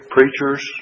Preachers